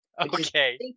Okay